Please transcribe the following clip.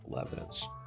evidence